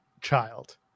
child